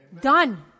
Done